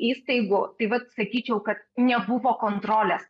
įstaigų tai vat sakyčiau kad nebuvo kontrolės